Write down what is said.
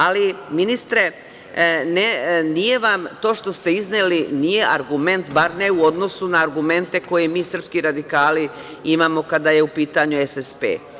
Ali, ministre, nije vam to što ste izneli, nije argument, bar ne u odnosu na argumente koje mi srpski radikali imamo kada je u pitanju SSP.